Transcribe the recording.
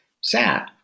sat